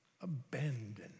abandoned